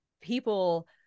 people